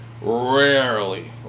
rarely